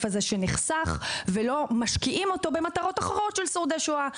שנחסך ומשקיעים אותו במטרות אחרות של שורדי שואה.